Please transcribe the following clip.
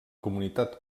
comunitat